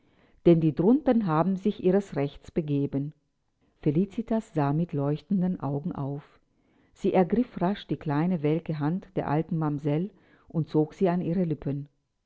denn die drunten haben sich ihres rechtes begeben felicitas sah mit leuchtenden augen auf sie ergriff rasch die kleine welke hand der alten mamsell und zog sie an ihre lippen